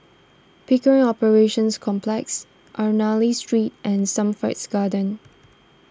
Pickering Operations Complex Ernani Street and Hampstead Gardens